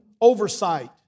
oversight